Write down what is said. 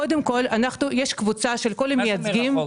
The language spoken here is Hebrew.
קודם כל יש קבוצה --- מה זה מרחוק?